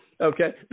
Okay